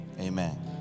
amen